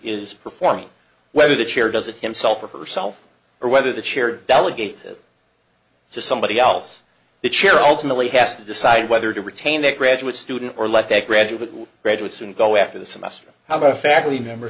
is performing whether the chair does it himself or herself or whether the chair delegates it to somebody else the chair ultimately has to decide whether to retain their graduate student or let their graduate who graduate soon go after the semester how about a faculty member